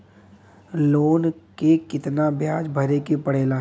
Loan के कितना ब्याज भरे के पड़े ला?